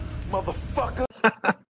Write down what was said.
motherfucker